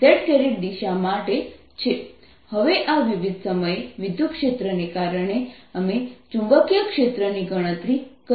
E∂t Q0e tRCRCπa20 z હવે આ વિવિધ સમયે વિદ્યુતક્ષેત્ર ને કારણે અમે ચુંબકીય ક્ષેત્ર ની ગણતરી કરીશું